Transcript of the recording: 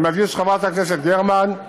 אני מדגיש, חברת הכנסת גרמן,